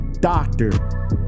doctor